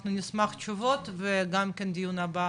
אנחנו נשמח לקבל תשובות וגם כן דיון הבא,